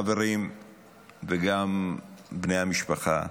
חברים וגם בני המשפחה,